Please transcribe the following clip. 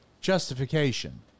justification